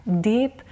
deep